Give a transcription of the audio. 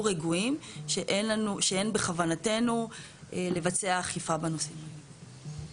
רגועים שאין בכוונתנו לבצע אכיפה בנושאים האלה.